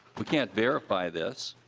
we can't verify this.